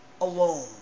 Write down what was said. alone